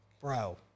bro